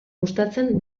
gustatzen